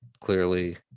clearly